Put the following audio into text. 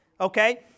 Okay